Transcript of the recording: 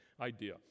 idea